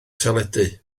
teledu